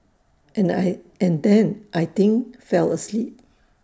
and I and then I think fell asleep